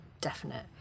definite